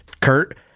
Kurt